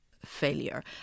failure